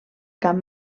camp